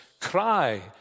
cry